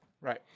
Right